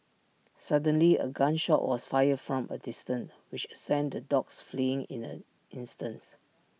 suddenly A gun shot was fired from A distance which sent the dogs fleeing in an instants